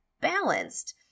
balanced